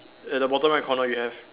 at the bottom right corner you have